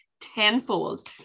tenfold